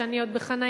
שאני עוד בחנייה.